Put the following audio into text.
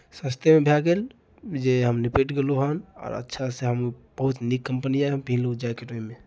सस्तेमे भए गेल जे हम निपटि गेलहुँ हन आओर अच्छासँ हम बहुत नीक कंपनी यए हम पिन्हलहुँ जैकेट ओहिमे